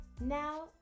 now